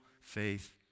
faith